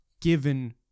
given